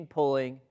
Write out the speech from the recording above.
pulling